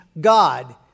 God